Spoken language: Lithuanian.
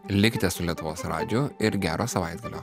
likite su lietuvos radiju ir gero savaitgalio